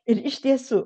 ir iš tiesų